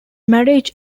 marriage